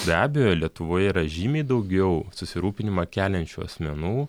be abejo lietuvoje yra žymiai daugiau susirūpinimą keliančių asmenų